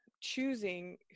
choosing